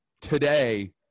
today